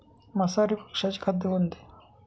मांसाहारी पक्ष्याचे खाद्य कोणते?